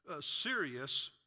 serious